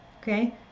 okay